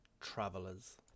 travelers